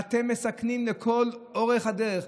ואתם מסכנים לכל אורך הדרך.